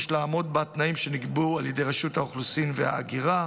יש לעמוד בתנאים שנקבעו על ידי רשות האוכלוסין וההגירה.